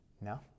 No